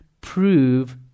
prove